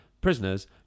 prisoners